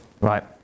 Right